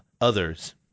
others